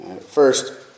First